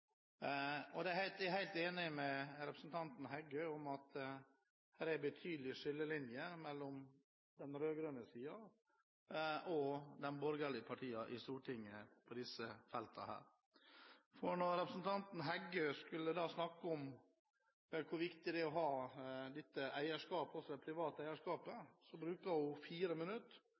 og det er svært viktige debatter. Jeg er helt enig med representanten Heggø i at her er det betydelige skillelinjer mellom den rød-grønne siden og de borgerlige partiene i Stortinget. Når representanten Heggø snakker om hvor viktig det er å ha dette eierskapet, det private eierskapet, bruker hun fire